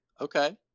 okay